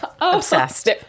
obsessed